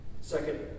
Second